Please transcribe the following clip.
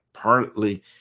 Partly